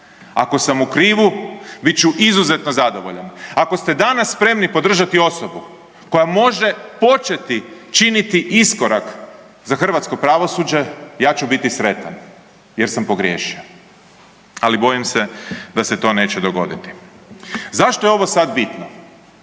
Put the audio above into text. Ako sam u krivu, bit ću izuzetno zadovoljan. Ako ste danas spremni podržati osobu koja može početi činiti iskorak za hrvatsko pravosuđe, ja ću biti sretan jer sam pogriješio, ali bojim se da se to neće dogoditi. Zašto je ovo sad bitno?